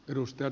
kiitos